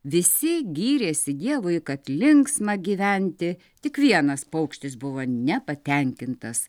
visi gyrėsi dievui kad linksma gyventi tik vienas paukštis buvo nepatenkintas